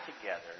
together